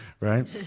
right